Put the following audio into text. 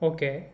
Okay